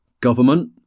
government